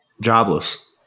Jobless